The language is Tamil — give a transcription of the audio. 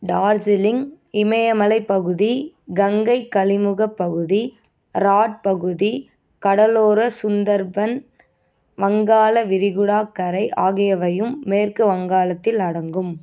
டார்ஜிலிங் இமயமலைப் பகுதி கங்கை கலிமுகப் பகுதி ராட் பகுதி கடலோர சுந்தர்பன் வங்காள விரிகுடா கரை ஆகியவையும் மேற்கு வங்காளத்தில் அடங்கும்